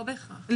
לא בהכרח.